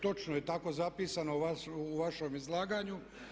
Točno je tako zapisano u vašem izlaganju.